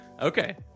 Okay